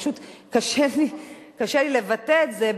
פשוט קשה לי לבטא את זה,